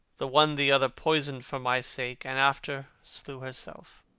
the one the other poisoned for my sake, and after slew herself.